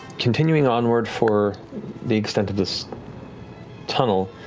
continuing onward for the extent of this tunnel,